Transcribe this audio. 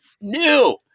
new